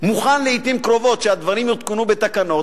מוכן לעתים קרובות שהדברים יותקנו בתקנות,